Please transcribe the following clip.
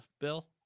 Bill